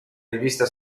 rivista